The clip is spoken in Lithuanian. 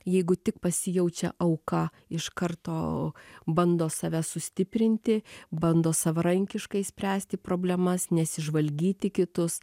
jeigu tik pasijaučia auka iš karto bando save sustiprinti bando savarankiškai spręsti problemas nesižvalgyti į kitus